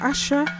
Asha